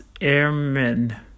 Airmen